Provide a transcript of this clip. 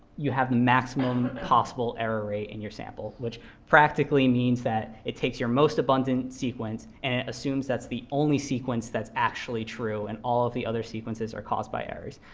you have the maximum possible error rate in your sample, which practically means that it takes your most abundant sequence, and assumes that's the only sequence that's actually true, and all of the other sequences are caused by errors.